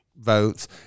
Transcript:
votes